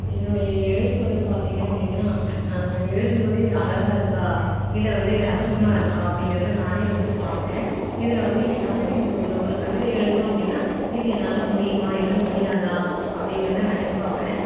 என்னுடைய எழுத்து வந்து பார்த்திங்க அப்படின்னா நான் எழுதும்போதே இது அழகா இருக்கா இல்லை வந்து இது அசிங்கமாக இருக்கா அப்படிங்கிறத நானே வந்து பார்ப்பேன் இதில் வந்து என்னால் இந்த ஒரு ஒரு கவிதை எழுதணும் அப்படின்னா இது என்னால் முடியுமா இல்லை முடியாதா அப்படிங்கிறத நினச்சி பார்ப்பேன்